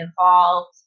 involved